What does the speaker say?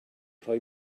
rhoi